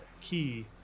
key